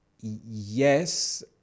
yes